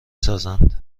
سازند